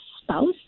spouse